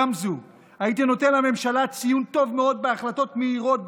גמזו: הייתי נותן לממשלה ציון טוב מאוד בהחלטות מהירות,